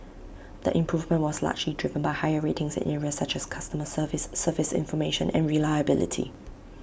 the improvement was largely driven by higher ratings in areas such as customer service service information and reliability